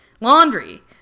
laundry